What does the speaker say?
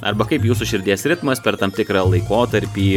arba kaip jūsų širdies ritmas per tam tikrą laikotarpį